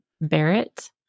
Barrett